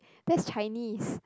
that's Chinese